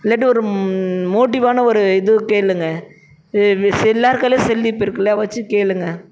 இல்லாட்டி ஒரு மோட்டிவான ஒரு இது கேளுங்க எல்லாேர் கைலேயும் செல் இப்போ இருக்கில்ல வச்சு கேளுங்க